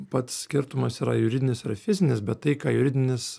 pats skirtumas yra juridinis yra fizinis bet tai ką juridinis